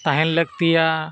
ᱛᱟᱦᱮᱱ ᱞᱟᱹᱠᱛᱤᱭᱟ